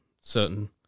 certain